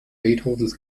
beethovens